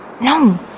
No